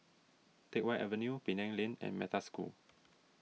Teck Whye Avenue Penang Lane and Metta School